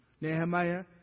Nehemiah